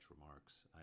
remarks